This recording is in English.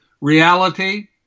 reality